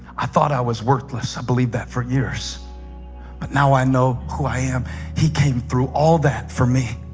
i thought i was worthless i believed that for years but now i know who i am he came through all that for me